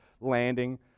landing